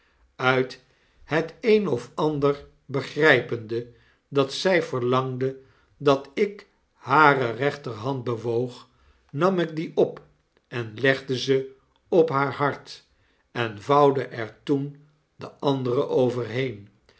uit het een of ander begrypende dat zy verlangde dat ik hare rechterhand bewoog nam ik die op en legde ze op haar hart en vouwde er toen de andere overheen